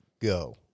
go